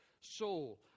soul